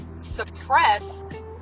suppressed